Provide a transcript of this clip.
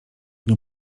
dniu